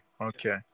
okay